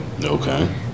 Okay